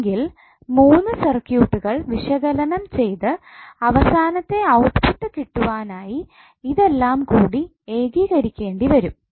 എങ്കിൽ മൂന്ന് സർക്യൂട്ടുകൾ വിശകലനം ചെയ്തു അവസാനത്തെ ഔട്ട്പുട്ട് കിട്ടുവാനായി ഇതെല്ലാം കൂടി ഏകീകരിക്കേണ്ടി വരും